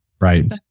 Right